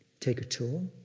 take a tour.